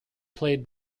played